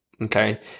okay